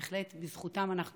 בהחלט, בזכותם אנחנו פה,